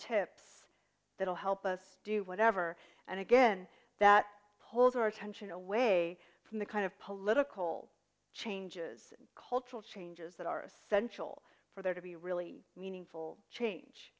tips that will help us do whatever and again that pulls our attention away from the kind of political changes cultural changes that are essential for there to be really meaningful change